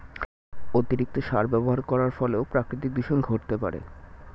অতিরিক্ত সার ব্যবহার করার ফলেও প্রাকৃতিক দূষন ঘটতে পারে